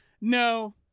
no